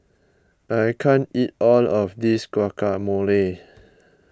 I can't eat all of this Guacamole